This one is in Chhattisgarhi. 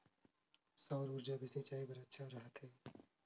सौर ऊर्जा भी सिंचाई बर अच्छा रहथे?